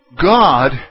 God